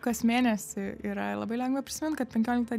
kas mėnesį yra labai lengva prisimint kad penkioliktą